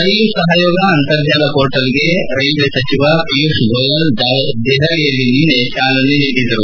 ರೈಲು ಸಹಯೋಗ ಅಂತರ್ಜಾಲ ಪೋರ್ಟಲ್ಗೆ ರೈಲ್ವೆ ಸಚಿವ ಪಿಯೂಷ್ ಗೋಯಲ್ ದೆಹಲಿಯಲ್ಲಿ ನಿನ್ನೆ ಚಾಲನೆ ನೀಡಿದರು